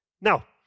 Now